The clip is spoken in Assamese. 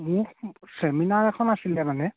মোক ছেমিনাৰ এখন আছিলে মানে